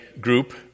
group